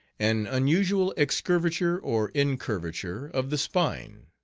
an unusual excurvature or incurvature of the spine.